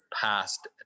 passed